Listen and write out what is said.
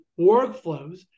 workflows